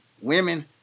women